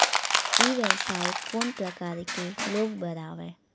ई व्यवसाय कोन प्रकार के लोग बर आवे?